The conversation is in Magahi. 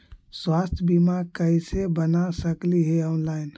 स्वास्थ्य बीमा कैसे बना सकली हे ऑनलाइन?